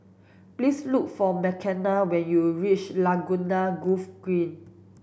please look for Makenna when you reach Laguna Golf Green